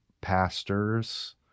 pastors